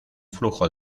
flujo